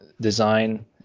design